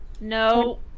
no